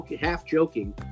half-joking